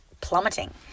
plummeting